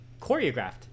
choreographed